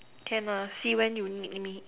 can see when you need me